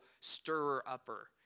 stirrer-upper